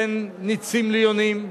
בין נצים ליונים.